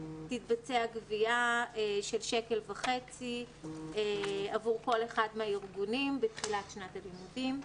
תתבצע גבייה של שקל וחצי עבור כל אחד מהארגונים בתחילת שנת הלימודים,